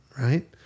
right